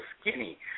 skinny